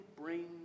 bring